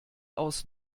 aus